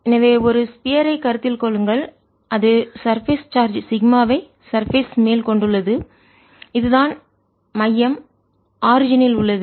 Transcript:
எனவே ஒரு ஸ்பியர் ஐ கோளத்தை கருத்தில் கொள்ளுங்கள் அது சர்பேஸ் மேற்பரப்பு சார்ஜ் சிக்மா வை சர்பேஸ் மேல் மேற்பரப்பு கொண்டுள்ளது இது தான் மையம் ஆரிஜினில் தோற்றத்தில் உள்ளது